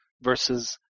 versus